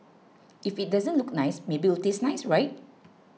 if it doesn't look nice maybe it'll taste nice right